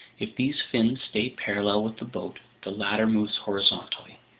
if these fins stay parallel with the boat, the latter moves horizontally.